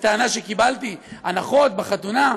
בטענה שקיבלתי הנחות בחתונה.